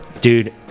Dude